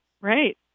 Right